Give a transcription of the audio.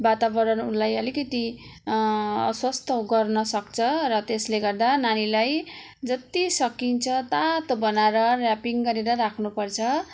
वातावरण उसलाई अलिकति अस्वास्थ गर्न सक्छ र त्यसले गर्दा नानीलाई जति सकिन्छ तातो बनाएर र्यापिङ गरेर राख्नु पर्छ